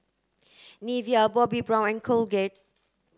Nivea Bobbi Brown and Colgate